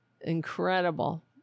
Incredible